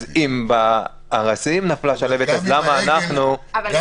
אז אם בארזים נפלה שלהבת אז למה אנחנו --- גם